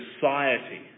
Society